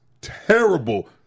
terrible